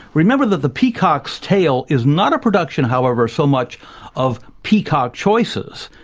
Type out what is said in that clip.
remember that the peacock's tail is not a production however so much of peacock choices.